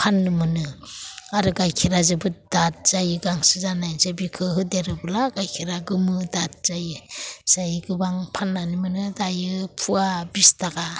फाननो मोनो आरो गाइखेरा जोबोद दाथ जायो गांसो जानानै बिखो होदेरोब्ला गाइखेरा गोमो दाथ जायो जाय गोबां फाननानै मोनो दायो पवा बिस थाखा